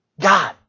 God